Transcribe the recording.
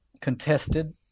contested